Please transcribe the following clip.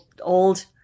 old